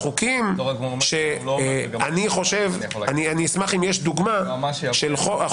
החוקים אני אשמח אם יש דוגמה - שהם